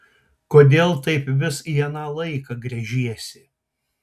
kodėl taip vis į aną laiką gręžiesi